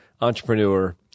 entrepreneur